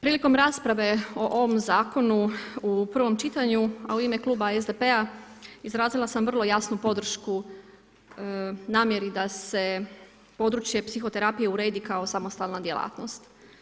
Prilikom rasprave o ovom zakonu u prvom čitanju, a u ime Kluba SDP-a izrazila sam vrlo jasnu podršku namjeri da se područje psihoterapije uredi kao samostalna djelatnost.